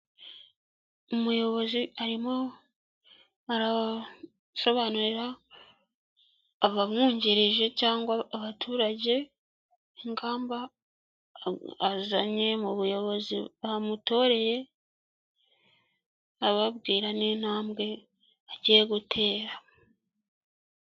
Umuyobozi arimo arasobanurira abamwungirije, cyangwa abaturage, ingamba azanye mu buyobozi bamutoreye, ababwira n'intambwe agiye gutera.